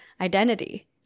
identity